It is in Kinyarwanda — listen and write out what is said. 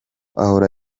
ahora